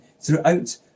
throughout